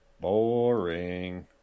Boring